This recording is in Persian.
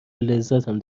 لذتم